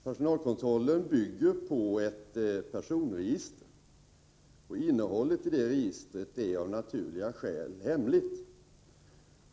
Personalkontrollen bygger på ett personregister, och innehållet i det registret är av naturliga skäl hemligt.